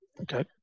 Okay